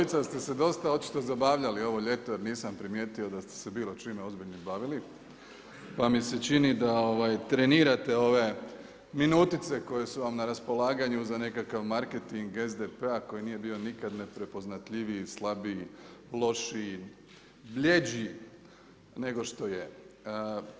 Vas dvojca ste se dosta očito zabavljali ovo ljeto jer nisam primijetio da ste se bilo čime ozbiljnim bavili pa mi se čini da trenirate ove minutice koje su vam na raspolaganju za nekakav marketing SDP-a koji nije bio nikad neprepoznatljiviji, slabiji, lošiji, bljeđi nego što je.